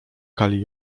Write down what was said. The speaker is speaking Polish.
kali